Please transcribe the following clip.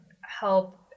help